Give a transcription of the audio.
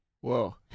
Whoa